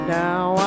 now